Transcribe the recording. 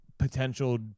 potential